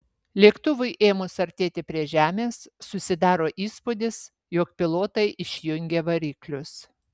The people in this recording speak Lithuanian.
lėktuvui ėmus artėti prie žemės susidaro įspūdis jog pilotai išjungė variklius